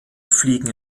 fliegen